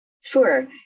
Sure